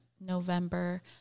November